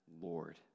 Lord